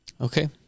Okay